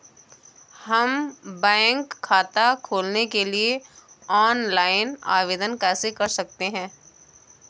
हम बैंक खाता खोलने के लिए ऑनलाइन आवेदन कैसे कर सकते हैं?